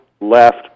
left